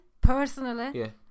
personally